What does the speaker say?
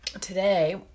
today